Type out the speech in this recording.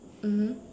mm